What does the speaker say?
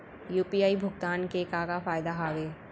UPI भुगतान के का का फायदा हावे?